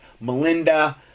melinda